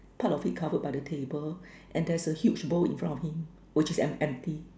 part of it covered by the table and there's a huge bowl in front of him which is an empty